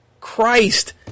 Christ